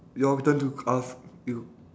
your turn to ask you